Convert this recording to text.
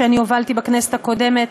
שאני הובלתי בכנסת הקודמת,